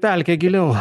pelkę giliau